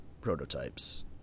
prototypes